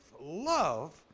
love